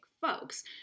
folks